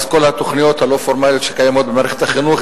התוכניות הלא-פורמליות שקיימות במערכת החינוך,